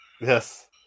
Yes